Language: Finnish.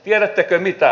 tiedättekö mitä